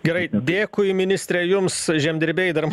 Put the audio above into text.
gerai dėkui ministre jums žemdirbiai dar